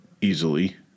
easily